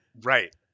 Right